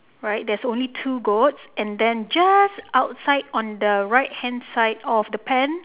right there's only two goats and then just outside on the right hand side of the pen